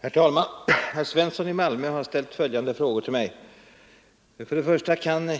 Herr talman! Herr Svensson i Malmö har ställt följande frågor till mig: 1. Kan